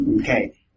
Okay